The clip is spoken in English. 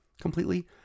completely